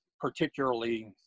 particularly